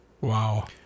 Wow